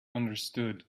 understood